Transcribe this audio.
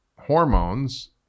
hormones